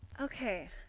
Okay